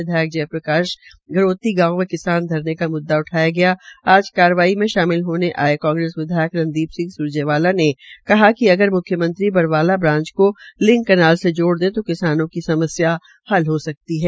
विधायक जय प्रकाश धरोती गांव मे किसान धरने का मुद्दा उठाया आज कार्रवाई में शामिल होने आये कांग्रेस विधायक रणदीप सिंह स्रेजेवाला ने कहा कि अगर मुख्यमंत्री बरवाला ब्रांच को लिंक कैनाल से जोड़ दे तो किसानों की समस्या हल हो सकती है